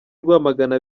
rwamagana